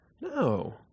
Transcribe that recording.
No